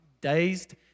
dazed